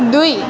दुई